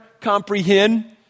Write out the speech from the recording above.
comprehend